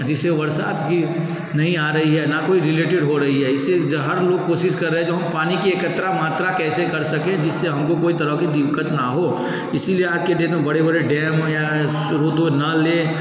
जिससे बरसात की नहीं आ रही है न कोई रिलेटेड हो रही है इससे ज हर लोग कोशिश कर रहे जो हम पानी कि एकत्रित मात्रा कैसे कर सकें जिससे हमको कोई तरह की दिक्कत न हो इसलिए आज के डेट में बड़े बड़े डैम या स्त्रोत नलें